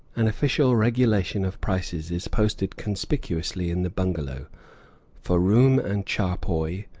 an official regulation of prices is posted conspicuously in the bungalow for room and charpoy,